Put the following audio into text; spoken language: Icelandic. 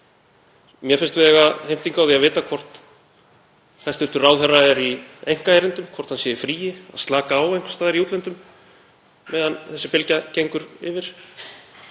Mér finnst við eiga heimtingu á því að vita hvort hæstv. ráðherra er í einkaerindum, hvort hann sé í fríi að slaka á einhvers staðar í útlöndum á meðan þessi bylgja gengur yfir,